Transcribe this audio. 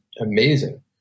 amazing